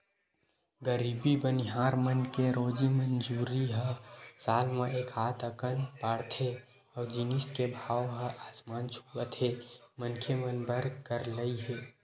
गरीब बनिहार मन के रोजी मंजूरी ह साल म एकात अकन बाड़थे अउ जिनिस के भाव ह आसमान छूवत हे मनखे मन बर करलई हे